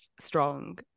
strong